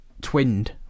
twinned